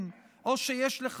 או שהוא נתון בניגוד עניינים,